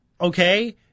okay